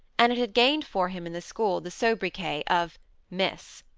and it had gained for him in the school the sobriquet of miss.